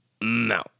no